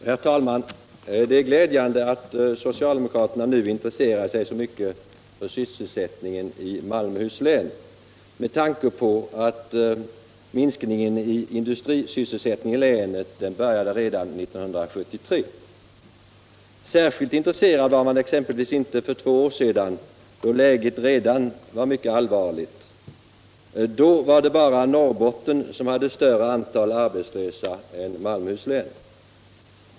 Herr talman! Det är glädjande att socialdemokraterna nu intresserar sig så mycket för sysselsättningen i Malmöhus län med tanke på att minskningen i industrisysselsättningen i länet började redan år 1973. Särskilt intresserad var man exempelvis inte för två år sedan, då läget redan var mycket allvarligt. Då var det bara Norrbotten som hade ett större antal arbetslösa än Malmöhus län.